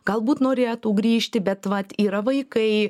galbūt norėtų grįžti bet vat yra vaikai